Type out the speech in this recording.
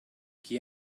chi